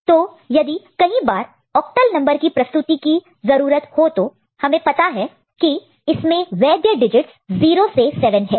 तो यदि कई बार ऑक्टल नंबर की प्रस्तुति रिप्रेजेंटेशन representation की जरूरत हो तो हमें पता है कि इसमें वैद्य वैलिड valid डिजिटस 0 से 7 है